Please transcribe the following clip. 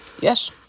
Yes